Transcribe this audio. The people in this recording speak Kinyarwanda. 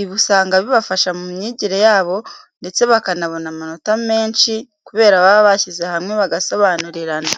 Ibi usanga bibafasha mu myigire yabo ndetse bakanabona amanota menshi kubera baba bashyize hamwe bagasobanurirana.